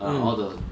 mm